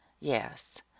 yes